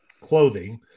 clothing